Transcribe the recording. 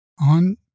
on